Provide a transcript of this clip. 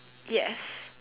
yes